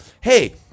Hey